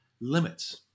limits